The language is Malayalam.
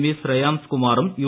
വി ശ്രേയാംസ് കുമാറും യു